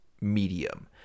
medium